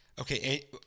Okay